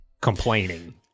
complaining